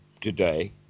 today